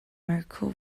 mirco